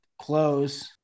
close